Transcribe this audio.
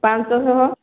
ପାଞ୍ଚ ଶହ